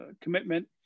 commitment